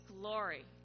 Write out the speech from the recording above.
glory